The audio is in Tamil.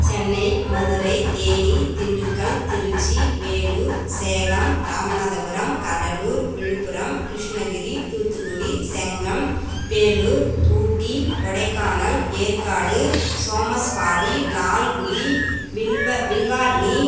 சென்னை மதுரை தேனி திண்டுக்கல் திருச்சி வேலூர் சேலம் ராமநாதபுரம் கடலூர் விழுப்புரம் கிருஷ்ணகிரி தூத்துக்குடி செங்கம் பேலூர் ஊட்டி கொடைக்கானல் ஏற்காடு சோமஸ் பாடி லால்குடி வில்வ வில்வார்ணி